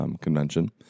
convention